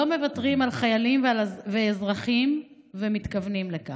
מוותרים על חיילים ואזרחים ומתכוונים לכך.